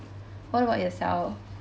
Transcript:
what about yourself